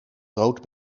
rood